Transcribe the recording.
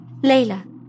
Layla